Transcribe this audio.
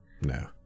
no